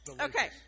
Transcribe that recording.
Okay